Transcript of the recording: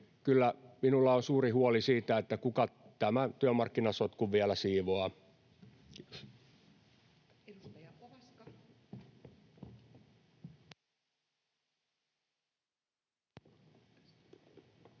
Kyllä minulla on suuri huoli siitä, kuka tämän työmarkkinasotkun vielä siivoaa.